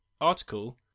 article